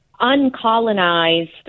uncolonized